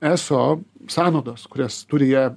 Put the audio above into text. eso sąnaudos kurias turi jie